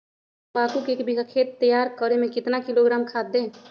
तम्बाकू के एक बीघा खेत तैयार करें मे कितना किलोग्राम खाद दे?